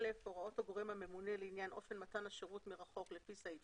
הוראות הגורם הממונה לעניין אופן מתן השירות מרחוק לפי סעיף